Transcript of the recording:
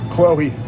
Chloe